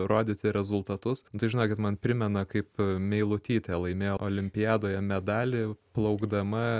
rodyti rezultatus nu tai žinokit man primena kaip meilutytė laimėjo olimpiadoje medalį plaukdama